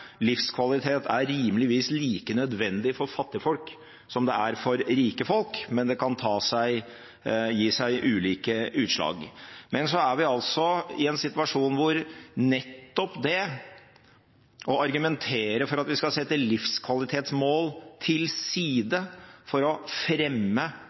livskvalitet er rimeligvis like nødvendig for fattigfolk som det er for rike folk, men det kan gi seg ulike utslag. Men vi er altså i en situasjon hvor nettopp det å argumentere for at vi skal sette livskvalitetsmål til side for å fremme